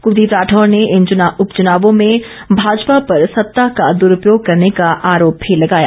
कुलदीप राठौर ने इन उपचुनावों भें भाजपा पर सत्ता का दुरुपयोग करने का आरोप भी लगाया